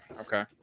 okay